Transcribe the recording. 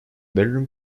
bedroom